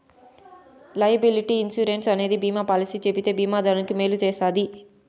liability insurance అనేది బీమా policy చెబితే బీమా దారానికి మేలు చేస్తది